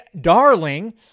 darling